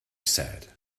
said